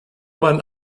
man